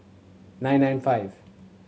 nine nine five